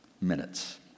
minutes